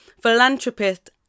philanthropist